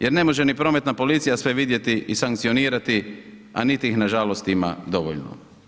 Jer ne može ni prometna policija sve vidjeti i sankcionirati a niti ih nažalost ima dovoljno.